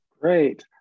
Great